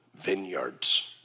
vineyards